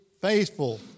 faithful